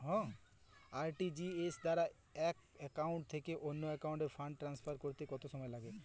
RTGS দ্বারা এক account থেকে অন্য একাউন্টে ফান্ড ট্রান্সফার করতে কত সময় লাগে?